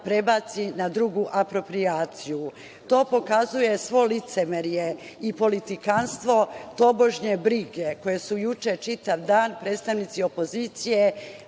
prebaci na drugu aproprijaciju. To pokazuje svo licemerje i politikanstvo tobožnje brige koje su juče čitav dan predstavnici opozicije